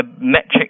metric